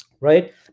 Right